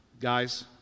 guys